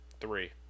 three